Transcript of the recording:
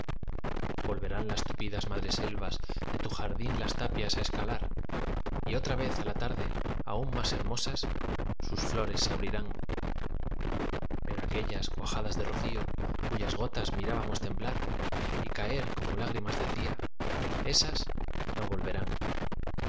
volverán las tupidas madreselvas de tu jardín las tapias á escalar y otra vez á la tarde aún más hermosas sus flores se abrirán pero aquellas cuajadas de rocío cuyas gotas mirábamos temblar y caer como lágrimas del día ésas no volverán